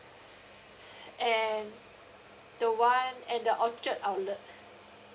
and the one at the orchard outlet